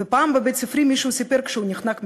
ופעם בבית-ספרי מישהו סיפר, כשהוא נחנק מצחוק,